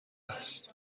است